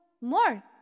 more